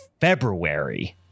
February